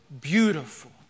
beautiful